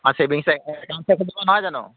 savings একাউন্টছহে খুলিব নহয় জানো